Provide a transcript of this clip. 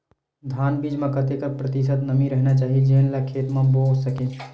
धान बीज म कतेक प्रतिशत नमी रहना चाही जेन ला खेत म बो सके?